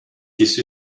issu